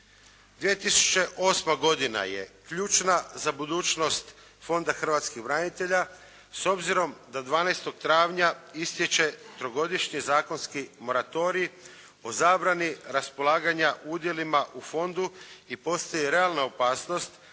2008. godina je ključna za budućnost Fonda hrvatskih branitelja, s obzirom da 12 travnja istječe trogodišnji zakonski moratorij o zabrani raspolaganja udjelima u Fondu i postoji realna opasnost